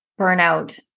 burnout